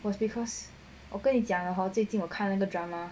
was because 我跟你讲得 hor 我最近我看了一个 drama